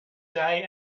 day